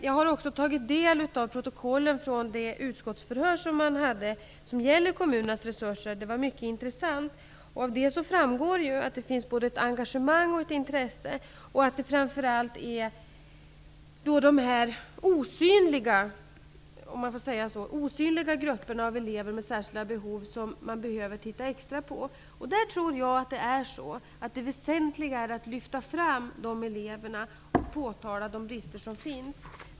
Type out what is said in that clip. Jag har också tagit del av protokollet från det utskottsförhör som gäller kommunernas resurser. Det var mycket intressant. Av det framgår att det finns både engagemang och intresse för detta. Framför allt är det de osynliga grupperna -- om jag får säga så -- av elever med särskilda behov som vi behöver titta extra på. Det väsentliga är att lyfta fram dessa elever och påtala de brister som finns.